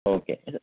okay